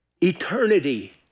eternity